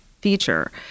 feature